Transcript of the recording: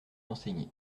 enseigné